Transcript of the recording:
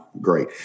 great